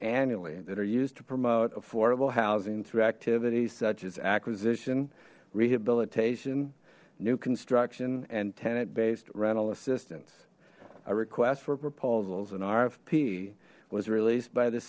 annually that are used to promote affordable housing through activities such as acquisition rehabilitation new construction and tenant based rental assistance a request for proposals an rfp was released by the